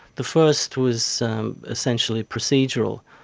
the first was essentially procedural.